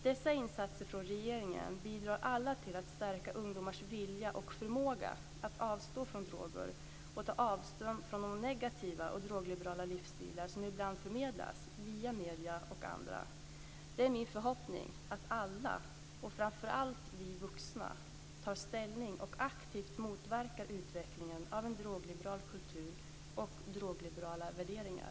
Dessa insatser från regeringen bidrar alla till att stärka ungdomars vilja och förmåga att avstå från droger och ta avstånd från de negativa och drogliberala livsstilar som ibland förmedlas via medierna och av andra. Det är min förhoppning att alla - framför allt vi vuxna - tar ställning och aktivt motverkar utvecklingen av en drogliberal kultur och drogliberala värderingar.